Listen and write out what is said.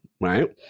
right